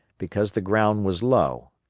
because the ground was low,